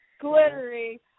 glittery